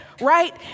right